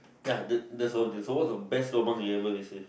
ya that that's all already so what's the best lobang you ever receive